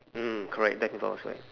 mm correct black flowers right